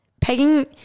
Pegging